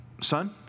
Son